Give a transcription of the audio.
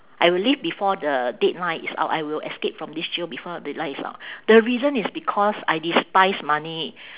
I will leave before the deadline is out I will escape from this jail before deadline is out the reason is because I despise money